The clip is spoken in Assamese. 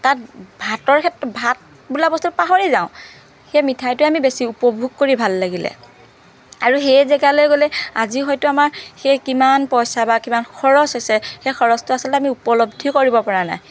তাত ভাতৰ ক্ষেত্ৰত ভাত বোলা বস্তুটো পাহৰি যাওঁ সেই মিঠাইটো আমি বেছি উপভোগ কৰি ভাল লাগিলে আৰু সেই জেগালৈ গ'লে আজি হয়তো আমাৰ সেই কিমান পইচা বা কিমান খৰচ হৈছে সেই খৰচটো আচলতে আমি উপলব্ধি কৰিব পৰা নাই